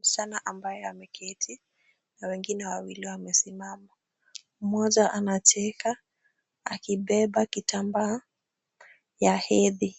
Msichana ambaye ameketi na wengine wawili wamesimama. Mmoja anacheka, akibeba kitambaa ya hedhi.